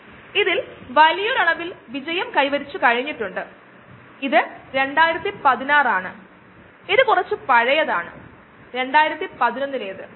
അതേ stirred tank ഒരു disposable plastic പാത്രം ഉപയോഗിച്ച് നിർമ്മിക്കുകയും അത് ഒരു ഡിസ്പോസിബിൾ റിയാക്ടറായി മാറുകയും ചെയ്യും